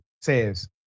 says